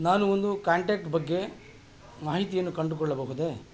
ನಾನು ಒಂದು ಕಾಂಟ್ಯಾಕ್ಟ್ ಬಗ್ಗೆ ಮಾಹಿತಿಯನ್ನು ಕಂಡುಕೊಳ್ಳಬಹುದೇ